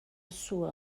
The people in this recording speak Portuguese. sua